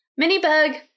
Minibug